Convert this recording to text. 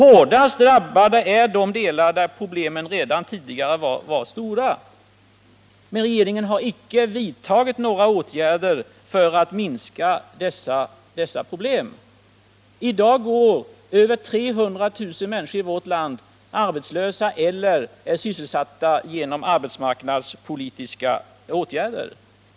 Hårdast drabbade är de delar där problemen redan tidigare var stora. Men regeringen har icke vidtagit några åtgärder för att minska dessa problem. Över 300 000 människor i vårt land går i dag arbetslösa eller är sysselsatta genom arbetsmarknadspolitiska åtgärder.